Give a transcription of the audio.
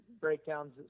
breakdowns